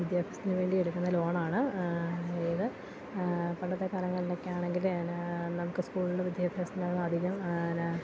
വിദ്യാഭ്യാസത്തിന് വേണ്ടി എടുക്കുന്ന ലോണാണ് ഇത് പണ്ടത്തെ കാലങ്ങളിലൊക്കെ ആണെങ്കില് എന്നാ നമുക്ക് സ്കൂളുകളിൽ വിദ്യാഭ്യാസത്തിന് അധികം എന്നാ